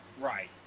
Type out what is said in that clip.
Right